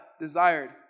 desired